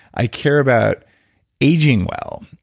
i care about aging well.